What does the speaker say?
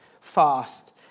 fast